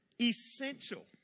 essential